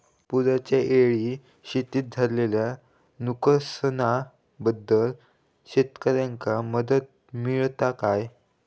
पुराच्यायेळी शेतीत झालेल्या नुकसनाबद्दल शेतकऱ्यांका मदत मिळता काय?